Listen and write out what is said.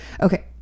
okay